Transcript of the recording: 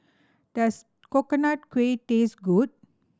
does Coconut Kuih taste good